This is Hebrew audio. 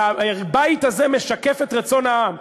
והבית הזה משקף את רצון העם.